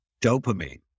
dopamine